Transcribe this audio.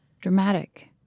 dramatic